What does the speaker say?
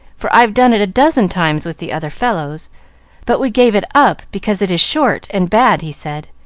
for i've done it a dozen times with the other fellows but we gave it up because it is short and bad, he said,